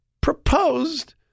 proposed